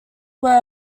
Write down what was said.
were